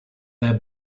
their